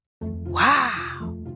Wow